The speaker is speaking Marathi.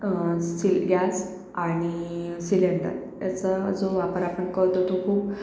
सि गॅस आणि सिलेंडर याचा जो वापर आपण करतो तो खूप